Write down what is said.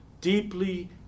deeply